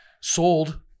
sold